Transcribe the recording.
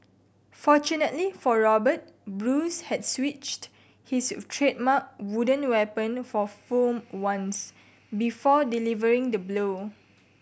fortunately for Robert Bruce had switched his trademark wooden weapon for foam ones before delivering the blow